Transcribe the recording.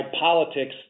politics